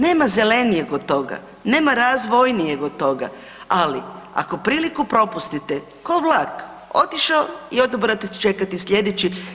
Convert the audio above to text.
Nema zelenijeg od toga, nema razvojnijeg od toga, ali ako priliku propustite ko vlak otišao i onda morate čekati slijedeći.